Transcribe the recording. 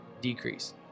decrease